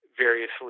variously